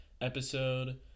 episode